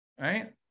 right